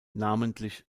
namentlich